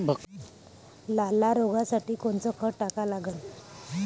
लाल्या रोगासाठी कोनचं खत टाका लागन?